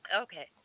Okay